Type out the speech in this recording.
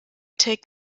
tech